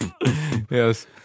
Yes